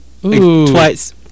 twice